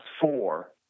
four